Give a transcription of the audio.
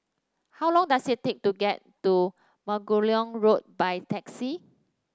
how long does it take to get to Margoliouth Road by taxi